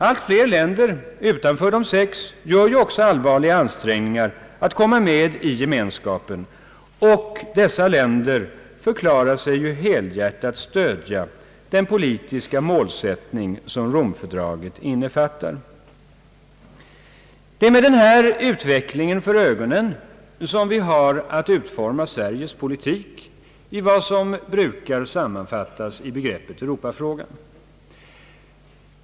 Allt fler länder utanför de sex gör också allvarliga ansträngningar att komma med i Gemenskapen, och dessa länder förklarar sig helhjärtat stödja den politiska målsättning som Rom-fördraget innefattar. Det är med denna utveckling för ögonen, som vi har att utforma Sveriges politik i vad som brukar sammanfattas i begreppet Europa-frågan.